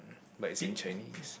but it in Chinese